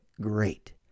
great